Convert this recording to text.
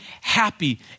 happy